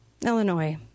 Illinois